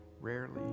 rarely